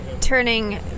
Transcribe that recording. turning